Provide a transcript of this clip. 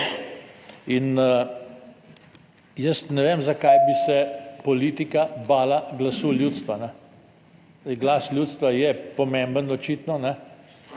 In jaz ne vem zakaj bi se politika bala glasu ljudstva. Zdaj, glas ljudstva je pomemben očitno